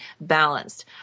balanced